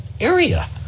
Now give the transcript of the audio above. area